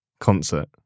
concert